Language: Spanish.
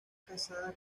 casada